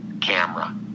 camera